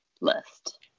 list